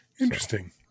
Interesting